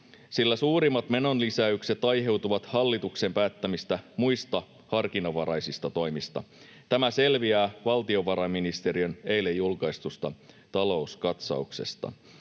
sillä suurimmat menonlisäykset aiheutuvat hallituksen päättämistä muista harkinnanvaraisista toimista. Tämä selviää valtiovarainministeriön eilen julkaistusta talouskatsauksesta.